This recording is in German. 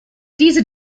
diese